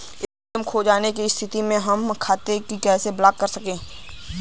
ATM खो जाने की स्थिति में हम खाते को कैसे ब्लॉक कर सकते हैं?